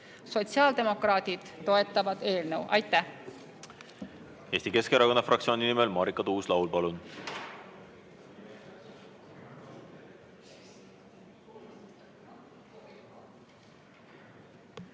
Sotsiaaldemokraadid toetavad eelnõu. Aitäh!